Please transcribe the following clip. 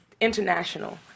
international